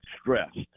stressed